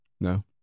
No